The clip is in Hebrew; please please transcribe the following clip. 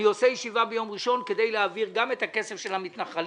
אעשה ישיבה ביום ראשון כדי להעביר גם את הכסף של המתנחלים.